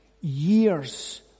years